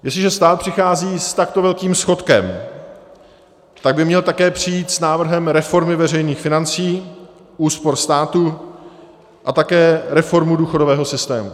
Jestliže stát přichází s takto velkým schodkem, tak by měl také přijít s návrhem reformy veřejných financí, úspor státu a také reformou důchodového systému.